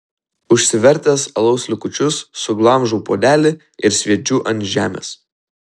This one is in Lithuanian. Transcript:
užsivertęs alaus likučius suglamžau puodelį ir sviedžiu ant žemės